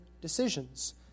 decisions